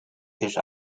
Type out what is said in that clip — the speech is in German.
tisch